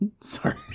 Sorry